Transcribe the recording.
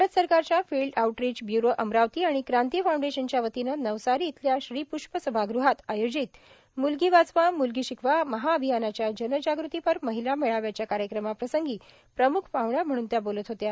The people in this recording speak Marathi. भारत सरकारच्या फिल्ड आउटरिच ब्यूरो अमरावती आणि क्रांती फाउंडेशनच्या वतीनं नवसारी इथल्या श्रीप्ष्प सभागृहात आयोजित मुलगी वाचवा मुलगी शिकवा महाअभियानाच्या जनजाग़ती पर महिला मेळाव्याच्या कार्यक्रमाप्रस्ंगी प्रमूख पाहण म्हणून बोलत होत्या